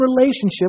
relationship